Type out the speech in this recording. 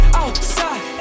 outside